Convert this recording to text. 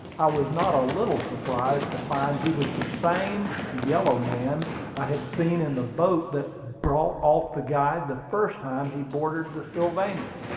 i was not a little surprised to find he was the same yellow man i had seen in the boat that brought off the guide the first time he boarded the sylvania.